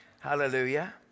Hallelujah